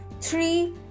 three